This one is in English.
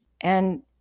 And-